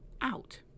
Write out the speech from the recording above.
out